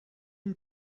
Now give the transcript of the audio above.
une